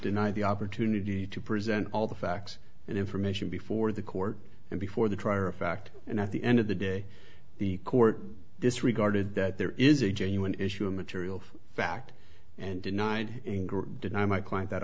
denied the opportunity to present all the facts and information before the court and before the trial or a fact and at the end of the day the court disregarded that there is a genuine issue of material fact and denied deny my client that